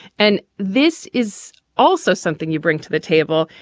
and this is also something you bring to the table.